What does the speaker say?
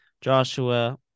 Joshua